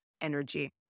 energy